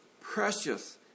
precious